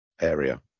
area